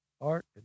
Art